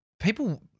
people